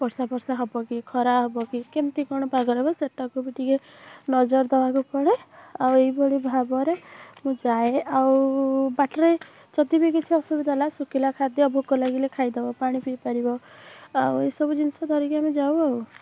ବର୍ଷା ଫର୍ଷା ହବ କି ଖରା ହବ କି କେମିତି କ'ଣ ପାଗ ରହିବ ସେଟାକୁ ବି ଟିକେ ନଜର ଦେବାକୁ ପଡ଼େ ଆଉ ଏଇଭଳି ଭାବରେ ମୁଁ ଯାଏ ଆଉ ବାଟରେ ଯଦି ବି କିଛି ଅସୁବିଧା ହେଲା ଶୁକିଲା ଖାଦ୍ୟ ଭୋକ ଲାଗିଲେ ଖାଇ ଦେବ ପାଣି ପିଇପାରିବ ଆଉ ଏସବୁ ଜିନିଷ ଧରିକି ଆମେ ଯାଉ ଆଉ